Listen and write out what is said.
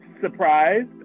surprised